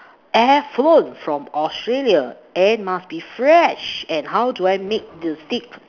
air flown from Australia and must be fresh and how do I make the steak